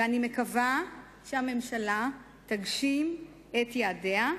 ואני מקווה שהממשלה תגשים את יעדיה.